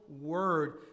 word